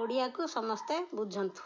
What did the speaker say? ଓଡ଼ିଆକୁ ସମସ୍ତେ ବୁଝନ୍ତୁ